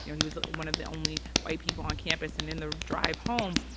you know he was one of the only white people on campus. and in the drive home,